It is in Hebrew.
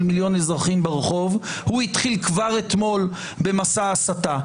מיליון אזרחים ברחוב הוא התחיל כבר אתמול במסע הסתה.